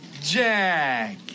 Jack